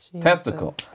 Testicle